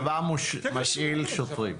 הצבא משאיל שוטרים.